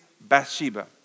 Bathsheba